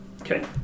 Okay